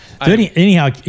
Anyhow